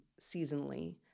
seasonally